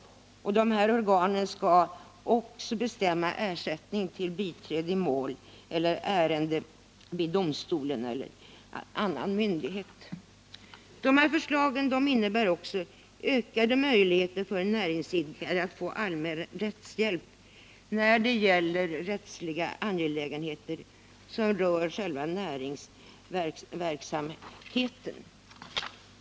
Dessa organ skall också bestämma ersättning till biträde i mål eller ärende vid domstol eller annan myndighet. De här förslagen innebär också ökade möjligheter för en näringsidkare att få allmän rättshjälp när det gäller rättsliga angelägenheter som rör själva näringsverksamheten.